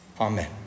Amen